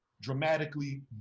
dramatically